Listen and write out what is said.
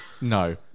No